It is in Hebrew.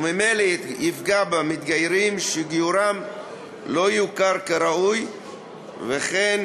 וממילא יפגע במתגיירים שגיורם לא יוכר כראוי וכן